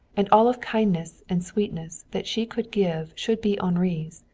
and all of kindness and sweetness that she could give should be henri's.